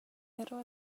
pero